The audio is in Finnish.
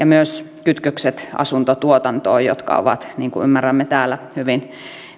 myös kytkökset asuntotuotantoon jotka ovat niin kuin ymmärrämme täällä hyvin